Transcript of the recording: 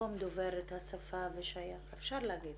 במקום דובר את השפה ושייך, אפשר להגיד